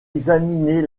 examiner